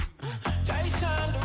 Jason